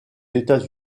états